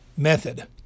method